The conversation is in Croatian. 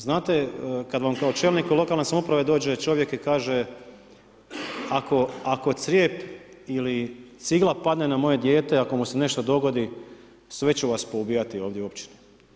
Znate, kad vam kao čelnik lokalne samouprave dođe čovjek i kaže, ako crijep ili cigla padne na moje dijete, ako mu se nešto dogodit, sve ću vas poubijati ovdje u općini.